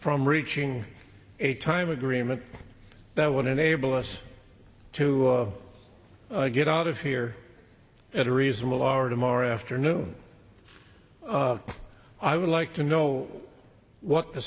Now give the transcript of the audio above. from reaching a time agreement that would enable us to get out of here at a reasonable hour tomorrow afternoon i would like to know what the